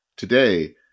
Today